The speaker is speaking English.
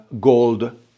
gold